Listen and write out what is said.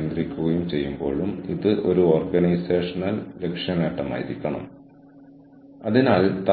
ഇടപാടുകാർക്ക് ഉൽപ്പന്നങ്ങളും സേവനങ്ങളും നൽകുന്നതിന് പങ്കാളികളുമായും